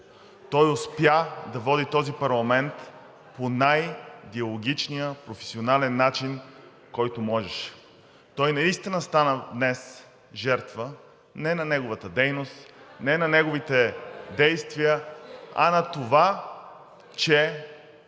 Той успя да води този парламент по най-диалогичния професионален начин, който можеше. Днес той наистина стана жертва не на неговата дейност, не на неговите действия, а на това, че